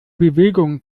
bewegung